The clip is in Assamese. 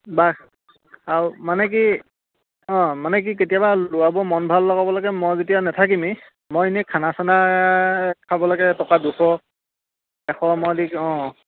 বা আৰু মানে কি অঁ মানে কি কেতিয়াবা ল'ৰাবোৰৰ মন ভাল লগাব লাগে মই যেতিয়া নেথাকিমে মই এনেই খানা চানা খাব লাগে টকা দুশ এশ মই দি অঁ